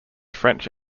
french